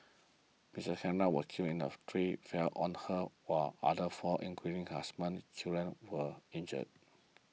Miss Angara was killed in the tree fell on her while others four including her husband and children were injured